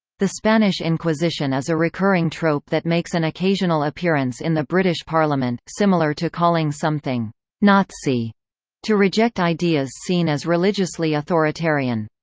the spanish inquisition is a recurring trope that makes an occasional appearance in the british parliament, similar to calling something nazi to reject ideas seen as religiously authoritarian.